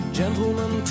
gentlemen